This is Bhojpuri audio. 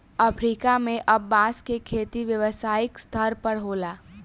अफ्रीका में अब बांस के खेती व्यावसायिक स्तर पर होता